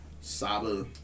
Saba